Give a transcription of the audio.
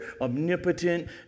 omnipotent